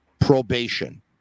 probation